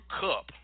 Cup